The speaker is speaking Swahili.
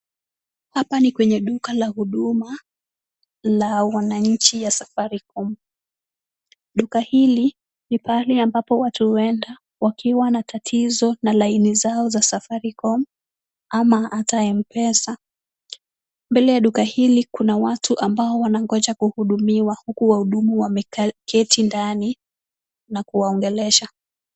Hapa ni kwenye duka la huduma la wananchi ya Safaricom. Duka hili ni pahali ambapo watu huenda wakiwa na tatizo na laini zao za Safaricom ama hata M-pesa. Mbele ya duka hili kuna watu ambao wanangonja kuhudumiwa huku wahudumu wameketi ndani na kuwaongelesha.